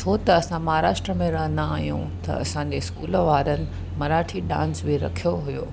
छो त असां महाराष्ट्र में रहंदा आहियूं त असांजे स्कूल वारनि मराठी डांस बि रखियो हुयो